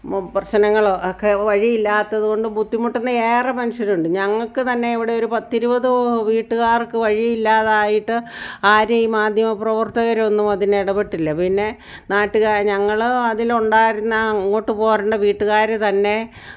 പ്രശ്നങ്ങളൊക്കെ വഴി ഇല്ലാത്തതുകൊണ്ട് ബുദ്ധിമുട്ടുന്ന ഏറെ മനുഷ്യരുണ്ട് ഞങ്ങൾക്ക് തന്നെ ഇവിടെ ഒരു പത്തിരുപത് വീട്ടുകാർക്ക് വഴി ഇല്ലാതായിട്ട് ആരെ ഈ മാധ്യമ പ്രവർത്തകരൊന്നും അതിൽ ഇടപെട്ടില്ല പിന്നെ നാട്ടുകാർ ഞങ്ങൾ അതിലുണ്ടായിരുന്ന ഇങ്ങോട്ട് പോകുന്ന വീട്ടുകാരുതന്നെ